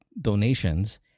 donations